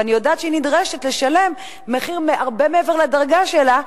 ואני יודעת שהיא נדרשת לשלם מחיר הרבה מעבר לדרגה שלה,